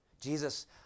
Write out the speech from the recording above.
Jesus